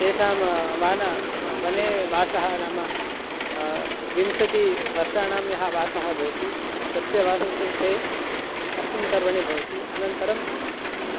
तेषां वने वने वासः नाम विंशतिवर्षाणां यः वासः भवति तस्य वासस्य विषये अस्मिन् पर्वणि भवति अनन्तरं